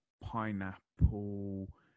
pineapple